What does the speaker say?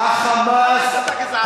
גזען.